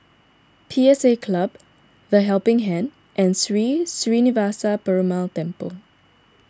P S A Club the Helping Hand and Sri Srinivasa Perumal Temple